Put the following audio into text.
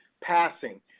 passing